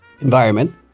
environment